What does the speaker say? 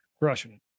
Russian